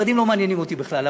החרדים לא מעניינים אותי בכלל,